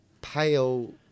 pale